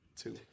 two